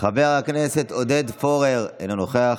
חבר הכנסת עודד פורר, אינו נוכח,